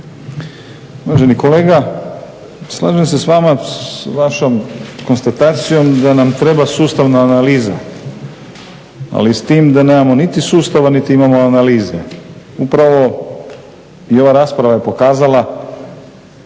Uvaženi kolega, slažem se s vama, s vašom konstatacijom da nam treba sustavna analiza, ali s tim da nemamo niti sustava niti imamo analize. Upravo i ova rasprava je pokazala